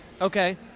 Okay